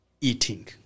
eating